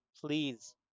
please